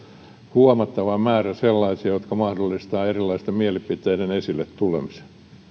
huomattava määrä sellaisia jotka mahdollistavat erilaisten mielipiteiden esille tulemista